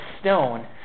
stone